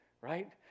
right